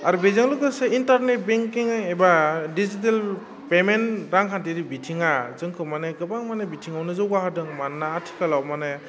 आरो बेजों लोगोसे इन्टारनेट बेंकिं एबा डिजिटेल पेमेन्ट रांखान्थिनि बिथिङा जोंखौ माने गोबां माने बिथिङावनो जौगा होदों मानोना आथिखालाव माने